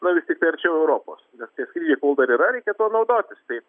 na vis tiktai arčiau europos nes tie skrydžiai kol dar yra reikia tuo naudotis taip